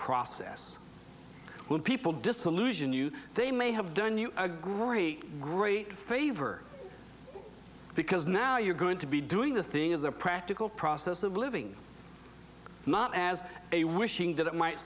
process when people disillusion you they may have done you a great great favor because now you're going to be doing the thing as a practical process of living not as a wishing that it might